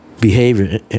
behavior